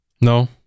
No